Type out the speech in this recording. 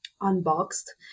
Unboxed